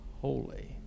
holy